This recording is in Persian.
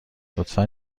لطفا